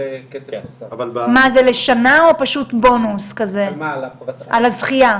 מה זה לשנה, או פשוט בונוס, על הזכייה?